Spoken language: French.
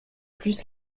plus